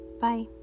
Bye